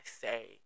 say